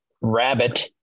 rabbit